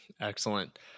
Excellent